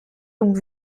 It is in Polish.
lub